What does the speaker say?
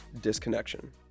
Disconnection